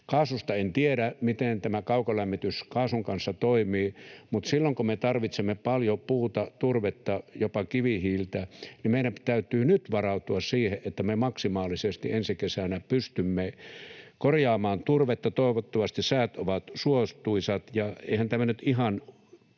Kaasusta en tiedä, miten kaukolämmitys kaasun kanssa toimii, mutta silloin kun me tarvitsemme paljon puuta, turvetta, jopa kivihiiltä, niin meidän täytyy nyt varautua siihen, että me maksimaalisesti ensi kesänä pystymme korjaamaan turvetta. Toivottavasti säät ovat suotuisat. Eihän tämä nyt ihan